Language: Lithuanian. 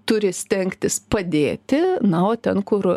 turi stengtis padėti na o ten kur